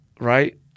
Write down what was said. right